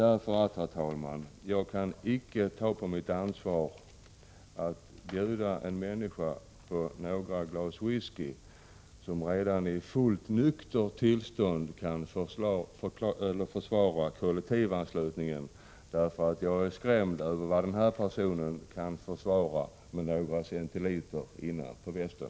Jag kan icke, herr talman, ta på mitt ansvar att bjuda en människa på några glas visky som redan i fullt nyktert tillstånd kan försvara kollektivanslutningen. Jag är nämligen skrämd över vad denna person kan försvara med några centiliter innanför västen.